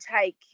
take